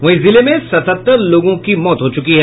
वहीं जिले में सतहत्तर लोगों की मौत हो चुकी है